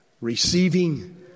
Receiving